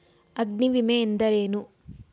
ಅಗ್ನಿವಿಮೆ ಎಂದರೇನು?